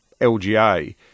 LGA